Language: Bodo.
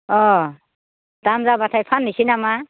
अह दाम जाबाथाय फाननोसै नामा